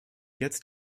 jetzt